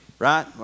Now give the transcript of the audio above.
Right